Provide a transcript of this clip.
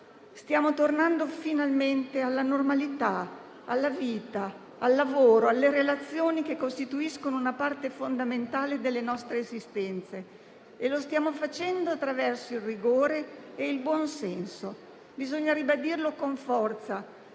Stiamo tornando finalmente alla normalità, alla vita, al lavoro, alle relazioni che costituiscono una parte fondamentale delle nostre esistenze e lo stiamo facendo attraverso il rigore e il buonsenso. Bisogna ribadirlo con forza: